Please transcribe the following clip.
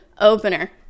opener